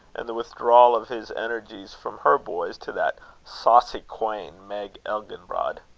and the withdrawal of his energies from her boys to that saucy quean, meg elginbrod.